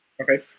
Okay